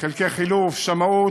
כלי חילוף, שמאות.